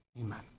Amen